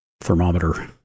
thermometer